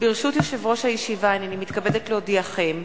ברשות יושב-ראש הישיבה, אני מתכבדת להודיעכם,